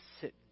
sit